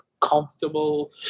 comfortable